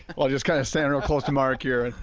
will just kind of stand real close to mark here.